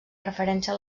referència